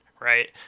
right